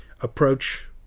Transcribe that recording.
approach